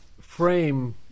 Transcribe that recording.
frame